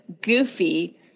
goofy